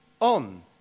on